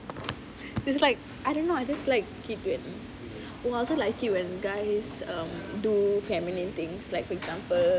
it's like I don't know I just like people when !wah! also like see when guys um do feminine things like for example